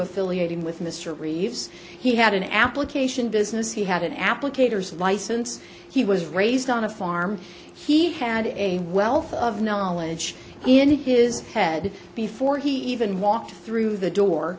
affiliating with mr reeves he had an application business he had applicators license he was raised on a farm he had a wealth of knowledge in his head before he even walked through the door